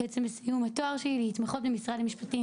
בעצם בסיום התואר שלי להתמחות במשפטים,